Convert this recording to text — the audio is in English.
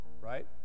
right